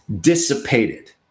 dissipated